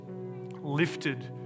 lifted